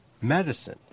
Medicine